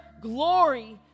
glory